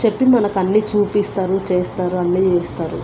చెప్పి మనకు అన్ని చూపిస్తారు చేస్తారు అన్ని చేస్తారు